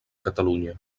catalunya